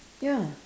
ya